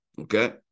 Okay